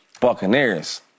Buccaneers